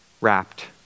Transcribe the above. wrapped